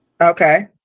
okay